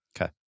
Okay